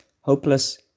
Hopeless